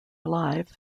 alive